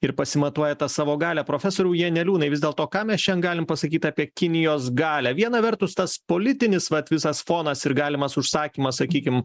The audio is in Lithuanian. ir pasimatuoja tą savo galią profesoriau janeliūnai vis dėlto ką mes šian galim pasakyt apie kinijos galią viena vertus tas politinis vat visas fonas ir galimas užsakymas sakykim